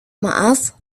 maaf